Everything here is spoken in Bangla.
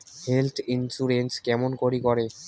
হেল্থ ইন্সুরেন্স কেমন করি করে?